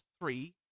Three